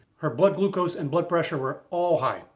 her blood glucose and blood pressure were all high.